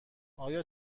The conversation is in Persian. آیا